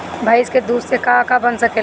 भइस के दूध से का का बन सकेला?